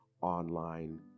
online